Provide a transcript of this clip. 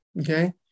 Okay